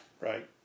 right